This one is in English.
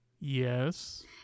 Yes